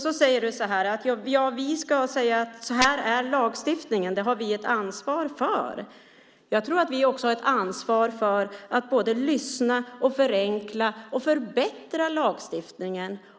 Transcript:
Du säger att så här är lagstiftningen och att det har vi ett ansvar för. Jag tror att vi också har ett ansvar för att lyssna och både förenkla och förbättra lagstiftningen.